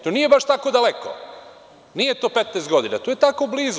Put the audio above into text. To nije baš tako daleko, nije to 15 godina, to je tako blizu.